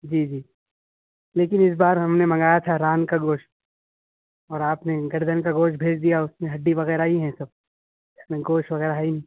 جی جی لیکن اس بار ہم نے منگایا تھا ران کا گوشت اور آپ نے گردن کا گوشت بھیج دیا اس میں ہڈی وغیرہ ہی ہیں سب اس میں گوشت وغیرہ ہے ہی نہیں